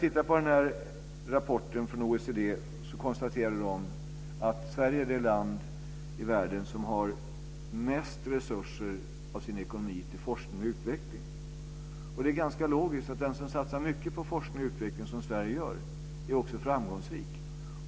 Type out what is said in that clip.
I den här rapporten från OECD konstaterar man att Sverige är det land i världen som lägger mest resurser av sin ekonomi på forskning och utveckling. Det ganska logiskt att den som satsar mycket på forskning och utveckling, som Sverige gör, också är framgångsrik.